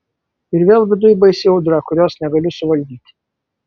ir vėl viduj baisi audra kurios negaliu suvaldyti